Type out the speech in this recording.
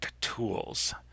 tools